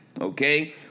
Okay